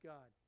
God